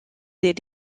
des